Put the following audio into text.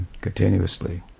continuously